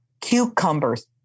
cucumbers